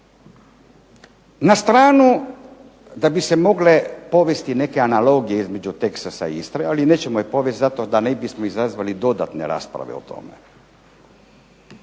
Na stranu da bi se mogle povesti neke analogije između Teksasa i Istre, ali nećemo ih povesti zato da ne bismo izazvali dodatne rasprave o tome.